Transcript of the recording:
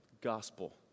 gospel